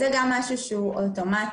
זה גם משהו שהוא אוטומטי,